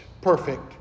Perfect